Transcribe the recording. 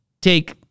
take